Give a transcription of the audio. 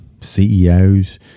CEOs